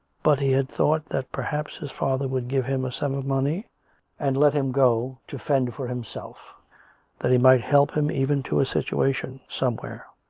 but he had thought that perhaps his father would give him a sum of money and let him go to fend for himself that he might help him even to a situation somewhere